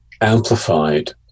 amplified